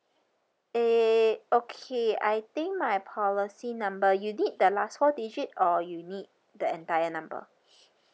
eh okay I think my policy number you need the last four digit or you need the entire number